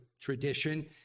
tradition